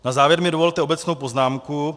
Na závěr mi dovolte obecnou poznámku.